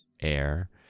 air